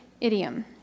idiom